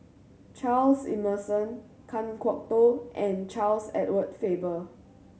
Charles Emmerson Kan Kwok Toh and Charles Edward Faber